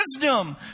wisdom